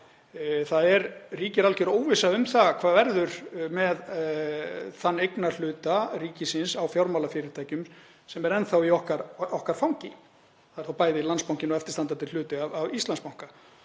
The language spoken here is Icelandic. á þá ríkir algjör óvissa um það hvað verður með þann eignarhluta ríkisins á fjármálafyrirtækjum sem er enn þá í okkar fangi. Það er þá bæði Landsbankinn og eftirstandandi hluti af Íslandsbanka.